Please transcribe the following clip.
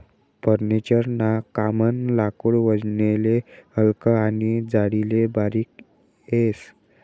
furniture ना कामनं लाकूड वजनले हलकं आनी जाडीले बारीक येस